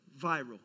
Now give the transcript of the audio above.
viral